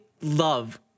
love